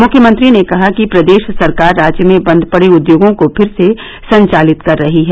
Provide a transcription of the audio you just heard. मुख्यमंत्री ने कहा कि प्रदेश सरकार राज्य में बन्द पड़े उद्योगों को फिर से संचालित कर रही है